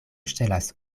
ŝtelas